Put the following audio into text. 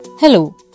Hello